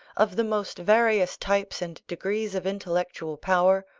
of the most various types and degrees of intellectual power,